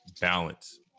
balance